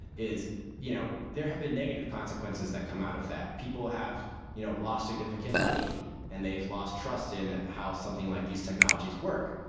is you know there have been negative consequences that come out of that. people have you know lost significant money and they've lost trust in how something like these technologies work,